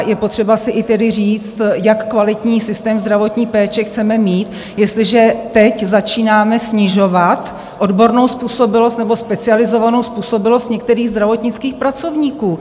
Je potřeba si i tedy říct, jak kvalitní systém zdravotní péče chceme mít, jestliže teď začínáme snižovat odbornou způsobilost nebo specializovanou způsobilost některých zdravotnických pracovníků.